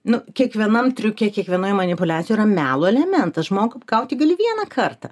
nu kiekvienam triuke kiekvienoj manipuliacijoj yra melo elementas žmogų apgauti gali vieną kartą